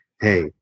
Hey